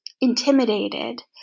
intimidated